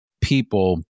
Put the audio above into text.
people